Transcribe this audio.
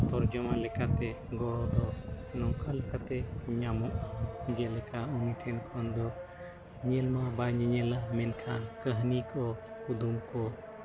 ᱛᱚᱨᱡᱚᱢᱟ ᱞᱮᱠᱟᱛᱮ ᱜᱚᱲᱚ ᱫᱚ ᱱᱚᱝᱠᱟ ᱞᱮᱠᱟᱛᱮ ᱧᱟᱢᱚᱜᱼᱟ ᱡᱮᱞᱮᱠᱟ ᱩᱱᱤ ᱴᱷᱮᱱ ᱫᱚ ᱧᱮᱞ ᱢᱟ ᱵᱟᱭ ᱧᱮᱧᱮᱞᱟ ᱢᱮᱱᱠᱷᱟᱱ ᱠᱟᱹᱦᱱᱤ ᱠᱚ ᱠᱩᱫᱩᱢ ᱠᱚ